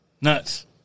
Nuts